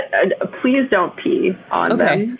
and ah, please don't pee on them.